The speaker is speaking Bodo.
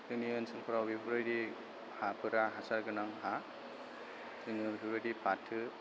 जोंनि ओनसोलफोराव बेफोरबायदि हाफोरा हासार गोनां हा जों बेफोरबायदि फाथो